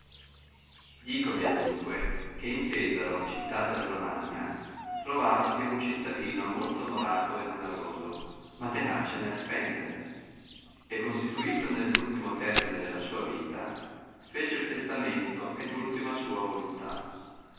intenderete dicovi adunque che in pesai'o città della romagna trovavasi un cittadino molto onorato e danaroso ma tenace nel spendere e constituito nell'ultimo termine della sua vita fece il testamento ed ultima sua voluntà